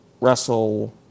wrestle